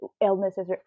Illnesses